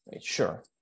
sure